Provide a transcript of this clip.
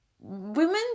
women